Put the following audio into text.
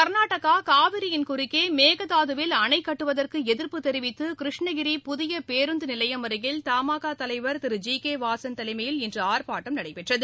கர்நாடகா காவிரியின் குறுக்கே மேகதாதுவில் அணை கட்டுவதற்கு எதிர்ப்பு தெரிவித்து கிருஷ்ணகிரி புதிய பேருந்து நிலையம் அருகில் தமாகா தலைவர் திரு ஜி கே வாசன் தலைமையில் இன்று ஆர்ப்பாட்டம் நடைபெற்றது